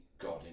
god